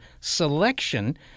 selection